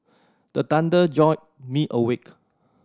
the thunder jolt me awake